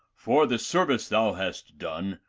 for the service thou hast done,